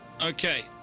Okay